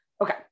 okay